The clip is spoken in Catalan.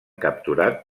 capturat